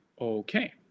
Okay